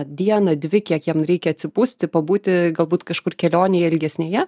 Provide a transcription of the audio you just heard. dieną dvi kiek jam reikia atsipūsti pabūti galbūt kažkur kelionėje ilgesnėje